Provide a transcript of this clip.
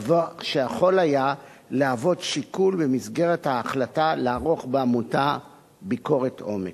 דבר שיכול היה להוות שיקול במסגרת ההחלטה לערוך בעמותה ביקורת עומק.